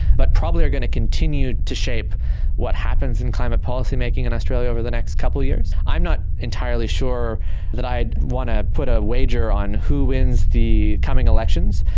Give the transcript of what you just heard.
but probably are going to continue to shape what happens in climate policy-making in australia over the next couple of years. i'm not entirely sure that i'd want to put a wager on who wins the coming elections,